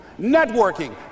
networking